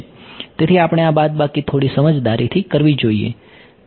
તેથી આપણે આ બાદબાકી થોડી સમજદારીથી કરવી જોઈએ